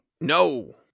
No